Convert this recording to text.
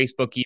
Facebook